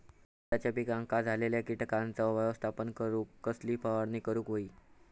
भाताच्या पिकांक झालेल्या किटकांचा व्यवस्थापन करूक कसली फवारणी करूक होई?